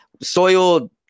Soil